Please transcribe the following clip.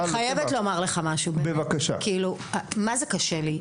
אני חייבת לומר לך משהו, מה זה קשה לי,